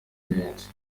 benshi